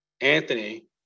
Anthony